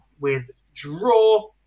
withdraw